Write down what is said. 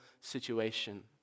situation